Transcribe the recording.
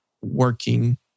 working